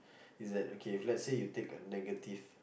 is that okay if let's say you take a negative